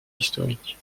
historiques